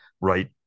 right